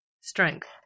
strength